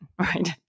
right